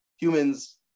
Humans